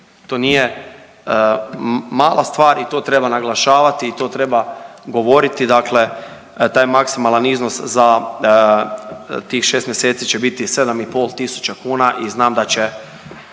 To nije mala stvar i to treba naglašavati i to treba govoriti dakle taj maksimalan iznos za tih 6 mjeseci će biti 7.500 kuna i znam da će